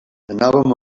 anàvem